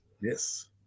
Yes